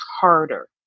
harder